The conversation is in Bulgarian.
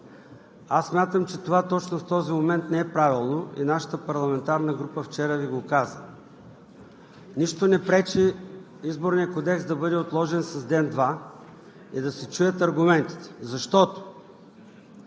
Аз смятам, че точно в този момент това не е правилно и нашата парламентарна група вчера Ви го каза. Нищо не пречи Изборният кодекс да бъде отложен с ден-два и да се чуят аргументите, защото